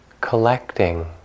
collecting